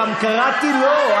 קראתי גם לו.